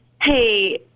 hey